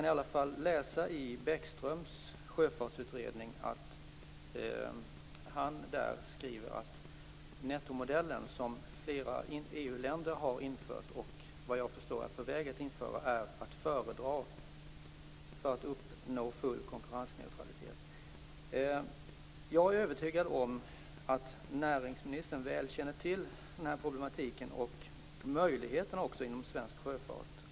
I sin sjöfartsutredning skriver Bäckström att nettomodellen, som flera EU-länder har infört eller, vad jag förstår, är på väg att införa, är att föredra för att uppnå full konkurrensneutralitet. Jag är övertygad om att näringsministern väl känner till det här problemet och även möjligheterna inom svensk sjöfart.